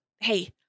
hey